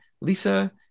Lisa